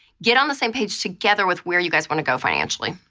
get on the same page together with where you guys want to go financially.